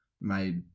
made